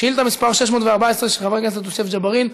שאילתה מס' 614 של חבר הכנסת יוסף ג'בארין,